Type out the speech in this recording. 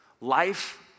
Life